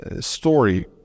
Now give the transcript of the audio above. story